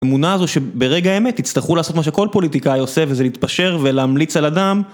אמונה הזו שברגע אמת יצטרכו לעשות מה שכל פוליטיקאי עושה וזה להתפשר ולהמליץ על אדם